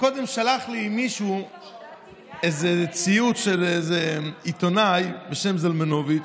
שלח לי מישהו איזה ציוץ של איזה עיתונאי בשם זלמנוביץ,